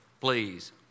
please